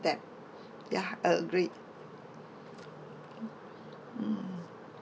debt ya agreed mm